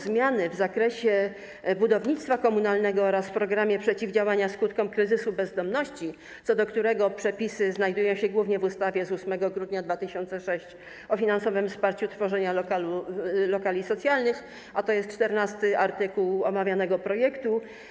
Zmiany w zakresie budownictwa komunalnego oraz w programie przeciwdziałania skutkom kryzysu bezdomności, co do którego przepisy znajdują się głównie w ustawie z 8 grudnia 2006 r. o finansowym wsparciu tworzenia lokali socjalnych - to jest art. 14 omawianego projektu.